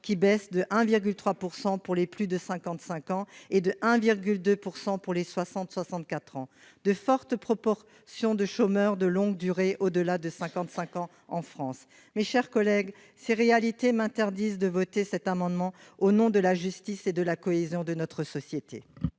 en baisse de 1,3 % pour les plus de 55 ans et de 1,2 % pour les 60-64 ans. En France, une forte proportion des chômeurs de longue durée ont plus de 55 ans. Mes chers collègues, ces réalités m'interdisent de voter cet amendement ; je le dis au nom de la justice et de la cohésion de notre société.